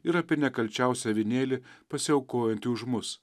ir apie nekalčiausią avinėlį pasiaukojantį už mus